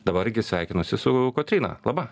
dabar sveikinosi su kotryna laba